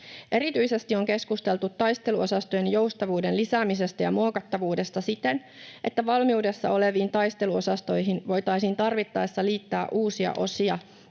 Erityisesti on keskusteltu taisteluosastojen joustavuuden lisäämisestä ja muokattavuudesta siten, että valmiudessa oleviin taisteluosastoihin voitaisiin tarvittaessa liittää uusia osia